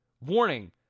Warning